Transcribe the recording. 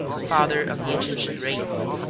father of the egyptian race.